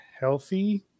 healthy